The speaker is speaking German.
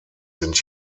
sind